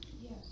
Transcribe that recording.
Yes